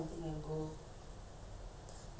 they say I didn't buy anything for kershav right